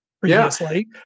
previously